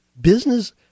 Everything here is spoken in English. business